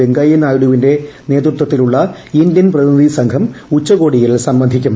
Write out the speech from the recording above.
വെങ്കയ്യ നായിഡുവിന്റെ നേതൃത്വത്തിലുള്ള ഇന്ത്യൻ പ്രതിനിധി സംഘം ഉച്ചകോടിയിൽ സംബന്ധിക്കും